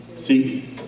See